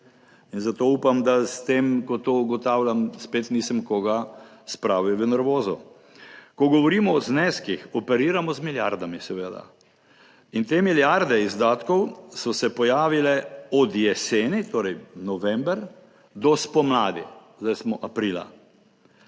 Zato upam, da s tem, ko to ugotavljam, spet nisem koga spravil v nervozo. Ko govorimo o zneskih, operiramo z milijardami seveda in te milijarde izdatkov so se pojavile od jeseni, torej november, do spomladi, zdaj smo aprila.